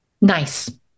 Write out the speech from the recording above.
Nice